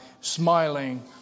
smiling